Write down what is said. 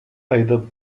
either